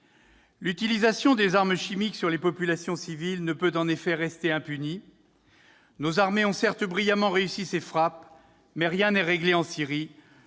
L'utilisation des armes chimiques à l'encontre des populations civiles ne peut en effet rester impunie. Nos armées ont certes brillamment réussi ces frappes, mais rien n'est réglé en Syrie